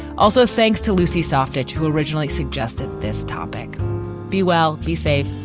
also, thanks to lucy soffit, who originally suggested this topic be well, be safe.